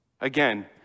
again